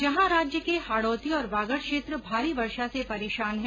जहां राज्य के हाड़ौती और वागड क्षेत्र भारी वर्षा से परेशान हैं